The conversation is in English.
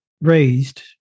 raised